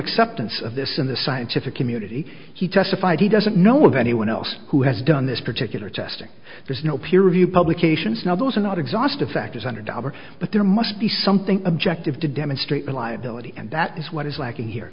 acceptance of this in the scientific community he testified he doesn't know of anyone else who has done this particular testing there's no peer reviewed publications now those are not exhaustive factors under dobber but there must be something objective to demonstrate reliability and that is what is lacking here